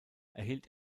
erhielt